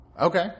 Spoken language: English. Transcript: okay